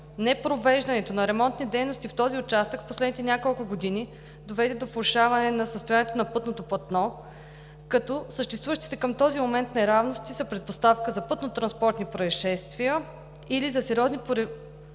Непровеждането на ремонтни дейности в този участък през последните няколко години доведе до влошаване на състоянието на пътното платно, като съществуващите към този момент неравности са предпоставка за пътнотранспортни произшествия или за сериозни повреди